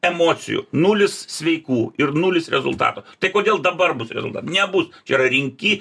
emocijų nulis sveikų ir nulis rezultato tai kodėl dabar bus rezultatai nebus čia yra rinki